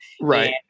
Right